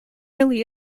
really